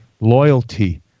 loyalty